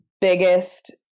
biggest